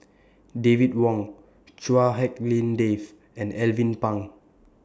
David Wong Chua Hak Lien Dave and Alvin Pang